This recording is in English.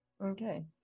Okay